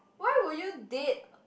why would you date